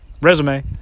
resume